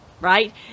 right